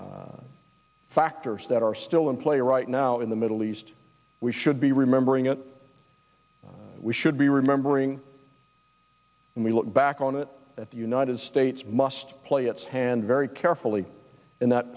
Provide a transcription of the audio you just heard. factors that are still in play right now in the middle east we should be remembering it we should be remembering and we look back on it at the united states must play its hand very are fully in that